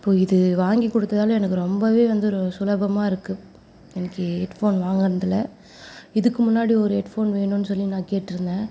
இப்போது இது வாங்கிக்கொடுத்ததால எனக்கு ரொம்பவே வந்து சுலபமாக இருக்குது எனக்கு ஹெட் ஃபோன் வாங்கினதுல இதுக்கு முன்னாடி ஒரு ஹெட் ஃபோன் வேணும்னு சொல்லி நான் கேட்டிருந்தேன்